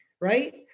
Right